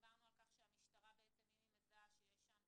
דיברנו על זה שהמשטרה, אם היא מזהה שיש שם